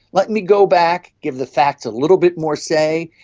let me go back, give the facts a little bit more say,